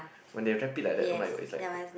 when they wrap it like that [oh]-my-god it's like